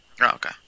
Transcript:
okay